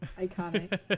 Iconic